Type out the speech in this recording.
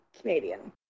Canadian